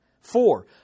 Four